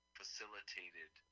facilitated